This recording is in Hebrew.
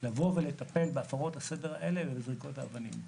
לבוא ולטפל בהפרות הסדר האלה ובזריקות האבנים.